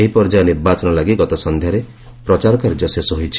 ଏହି ପର୍ଯ୍ୟାୟ ନିର୍ବାଚନ ଲାଗି ଗତ ସନ୍ଧ୍ୟାରେ ପ୍ରଚାର କାର୍ଯ୍ୟ ଶେଷ ହୋଇଛି